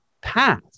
path